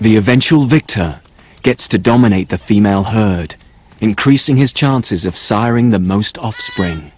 the eventual victor gets to dominate the female herd increasing his chances of siring the most offspring